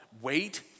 wait